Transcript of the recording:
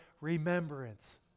remembrance